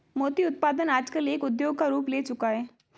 मोती उत्पादन आजकल एक उद्योग का रूप ले चूका है